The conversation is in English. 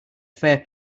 fair